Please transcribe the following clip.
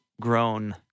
grown